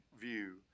view